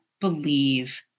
believe